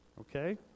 Okay